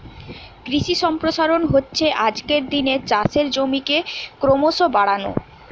কৃষি সম্প্রসারণ হচ্ছে আজকের দিনে চাষের জমিকে ক্রোমোসো বাড়ানো